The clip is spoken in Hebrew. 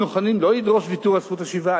אנחנו מוכנים לא לדרוש ויתור על זכות השיבה,